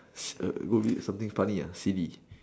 s~ err go read something funny ah C_D